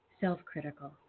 self-critical